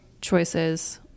choices